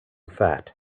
fat